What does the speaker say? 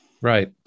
Right